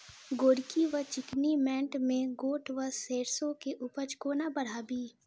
गोरकी वा चिकनी मैंट मे गोट वा सैरसो केँ उपज कोना बढ़ाबी?